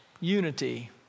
Unity